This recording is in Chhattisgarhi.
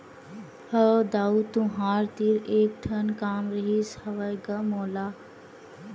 हव दाऊ तुँहर तीर एक ठन काम रिहिस हवय गा मोला